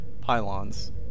pylons